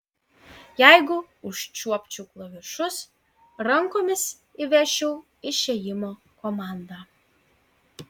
jeigu užčiuopčiau klavišus rankomis įvesčiau išėjimo komandą